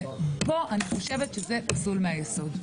אני חושבת שזה פסול מהיסוד.